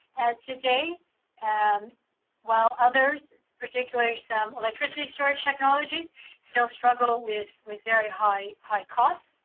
today and while others particularly some electricity storage technology still struggle with with very high high cost